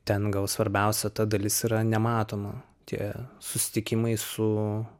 ten gal svarbiausia ta dalis yra nematoma tie susitikimai su